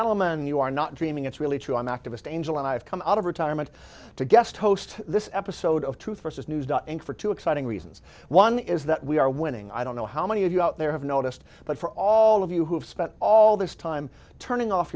bellmen you are not dreaming it's really true i'm activist angel and i've come out of retirement to guest host this episode of truth versus news and for two exciting reasons one is that we are winning i don't know how many of you out there have noticed but for all of you who have spent all this time turning off